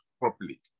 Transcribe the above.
properly